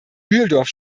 mühldorf